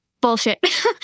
bullshit